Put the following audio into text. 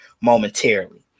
momentarily